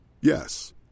Yes